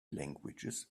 languages